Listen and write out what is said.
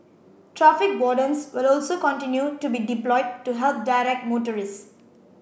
traffic wardens will also continue to be deployed to help direct motorists